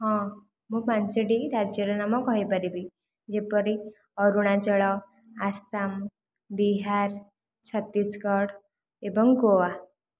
ହଁ ମୁଁ ପାଞ୍ଚଟି ରାଜ୍ୟର ନାମ କହିପାରିବି ଯେପରି ଅରୁଣାଞ୍ଚଳ ଆସାମ ବିହାର ଛତିଶଗଡ଼ ଏବଂ ଗୋଆ